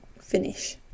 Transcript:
Finish